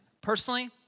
Personally